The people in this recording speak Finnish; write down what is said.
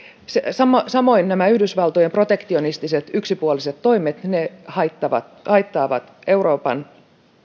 samoin samoin nämä yhdysvaltojen protektionistiset yksipuoliset toimet haittaavat haittaavat euroopan